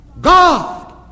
God